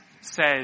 says